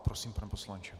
Prosím, pane poslanče.